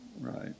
Right